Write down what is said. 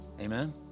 amen